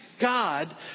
God